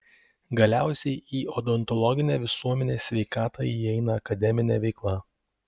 galiausiai į odontologinę visuomenės sveikatą įeina akademinė veikla